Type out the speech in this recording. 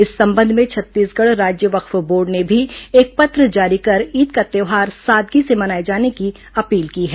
इस संबंध में छत्तीसगढ़ राज्य वक्फ बोर्ड ने भी एक पत्र जारी कर ईद का त्यौहार सादगी से मनाए जाने की अपील की है